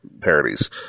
parodies